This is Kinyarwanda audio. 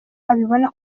abibona